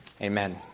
Amen